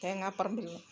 തേങ്ങാപ്പറമ്പിൽനിന്ന്